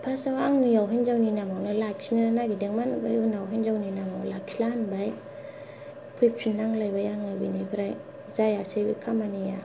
फार्स्टाव हिनजावनि नामावनो लाखिनो नागिरदोंमोन ओमफ्राय उनाव हिनजावनि नामाव लाखिला होनबाय फैफिननांलायबाय आङो बेनिफ्राय जायासै बे खामानिया